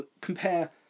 compare